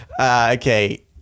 Okay